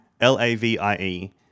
L-A-V-I-E